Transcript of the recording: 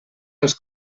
als